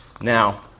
Now